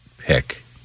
Pick